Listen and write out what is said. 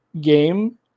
game